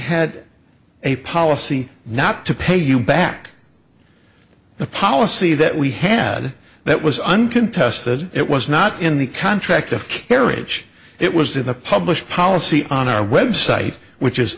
had a policy not to pay you back the policy that we had that was uncontested it was not in the contract of carriage it was in the published policy on our website which is